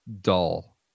dull